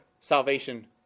salvation